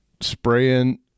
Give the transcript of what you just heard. spraying